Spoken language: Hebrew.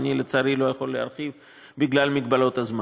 לצערי אני לא יכול להרחיב בגלל מגבלות הזמן,